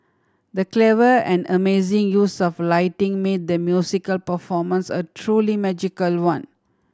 the clever and amazing use of lighting made the musical performance a truly magical one